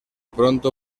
pronto